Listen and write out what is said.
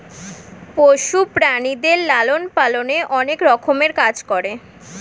পশু প্রাণীদের লালন পালনে অনেক রকমের কাজ করে